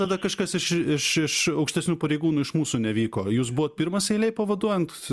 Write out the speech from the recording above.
tada kažkas iš iš iš aukštesnių pareigūnų iš mūsų nevyko jūs buvot pirmas eilėj pavaduojant